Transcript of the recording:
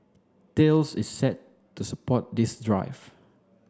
Thales is set to support this drive